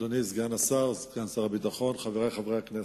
אדוני סגן שר הביטחון, חברי חברי הכנסת,